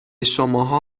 شماها